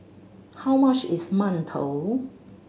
how much is mantou